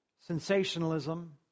sensationalism